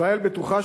ישראל בטוחה,